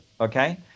Okay